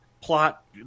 plot